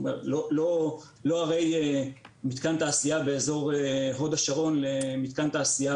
לא מתקן תעשייה באזור הוד השרון למתקן תעשייה